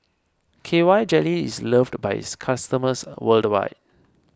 K Y jelly is loved by its customers worldwide